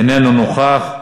איננו נוכח,